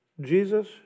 Jesus